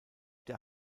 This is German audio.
der